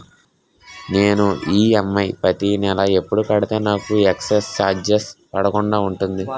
నేను ఈ.ఎం.ఐ ప్రతి నెల ఎపుడు కడితే నాకు ఎక్స్ స్త్ర చార్జెస్ పడకుండా ఉంటుంది?